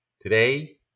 Today